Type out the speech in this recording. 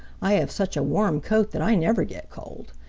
i have such a warm coat that i never get cold.